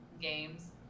games